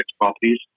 properties